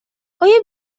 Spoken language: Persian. آیا